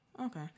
Okay